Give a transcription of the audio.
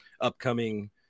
upcoming